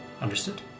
Understood